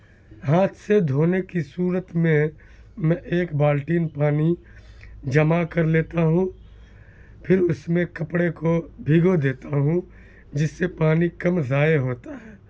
ہاتھ سے دھونے کی صورت میں میں ایک بالٹین پانی جمع کر لیتا ہوں پھر اس میں کپڑے کو بھگو دیتا ہوں جس سے پانی کم ضائع ہوتا ہے